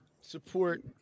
support